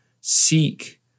seek